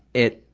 it,